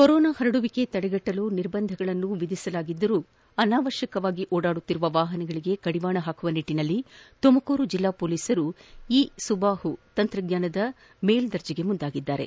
corona ಪರಡುವಿಕೆ ತಡೆಗಟ್ಟಲು ನಿರ್ಬಂಧಗಳನ್ನು ವಿಧಿಸಲಾಗಿದ್ದರೂ ಅನಾವಶ್ಯಕವಾಗಿ ಓಡಾಡುತ್ತಿರುವ ವಾಹನಗಳಿಗೆ ಕಡಿವಾಣ ಹಾಕುವ ನಿಟ್ಟನಲ್ಲಿ ತುಮಕೂರು ಜಿಲ್ಲಾ ಪೊಲೀಸರು ಇ ಸುಬಾಹು ತಂತ್ರಜ್ಞಾನದ ಮೇಲ್ದರ್ಜೆಗೆ ಮುಂದಾಗಿದ್ದಾರೆ